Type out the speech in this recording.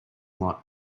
lot